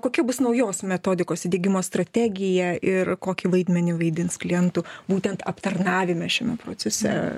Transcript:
kokia bus naujos metodikos įdiegimo strategija ir kokį vaidmenį vaidins klientų būtent aptarnavime šiame procese